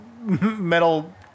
metal